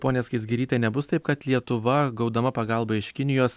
ponia skaisgiryte nebus taip kad lietuva gaudama pagalbą iš kinijos